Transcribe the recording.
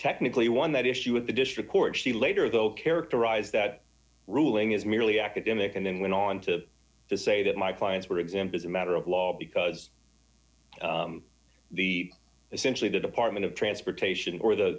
technically won that issue with the district court she later though characterized that ruling is merely academic and then went on to say that my clients were exempt is a matter of law because the essentially the department of transportation or the